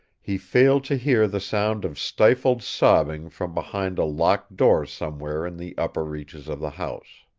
he failed to hear the sound of stifled sobbing from behind a locked door somewhere in the upper reaches of the house.